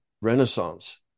renaissance